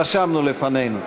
רשמנו לפנינו.